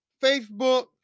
Facebook